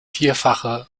vierfache